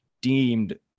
deemed